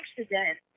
accident